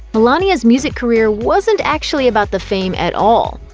milania's music career wasn't actually about the fame at all.